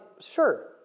Sure